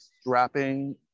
strapping